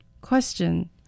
Question